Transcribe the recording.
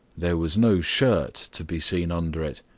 there was no shirt to be seen under it,